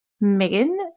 Megan